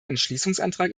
entschließungsantrag